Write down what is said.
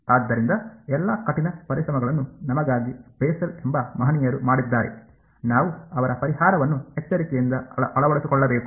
ಆದ್ದರಿಂದ ಎಲ್ಲಾ ಕಠಿಣ ಪರಿಶ್ರಮಗಳನ್ನು ನಮಗಾಗಿ ಬೆಸೆಲ್ ಎಂಬ ಮಹನೀಯರು ಮಾಡಿದ್ದಾರೆ ನಾವು ಅವರ ಪರಿಹಾರವನ್ನು ಎಚ್ಚರಿಕೆಯಿಂದ ಅಳವಡಿಸಿಕೊಳ್ಳಬೇಕು